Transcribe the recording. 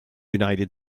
united